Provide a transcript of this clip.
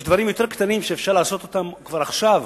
יש דברים יותר קטנים שאפשר לעשות אותם כבר עכשיו,